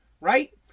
right